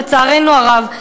לצערנו הרב.